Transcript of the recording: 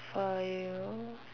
for you